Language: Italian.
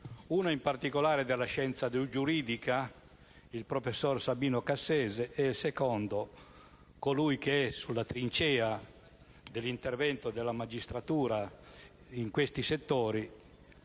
il primo della scienza giuridica, il professor Sabino Cassese, mentre il secondo è nella trincea dell'intervento della magistratura in questi settori,